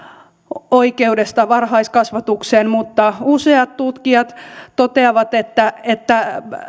oikeudesta varhaiskasvatukseen mutta useat tutkijat toteavat että että